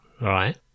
Right